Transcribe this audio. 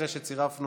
ההצבעה: